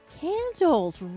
Candles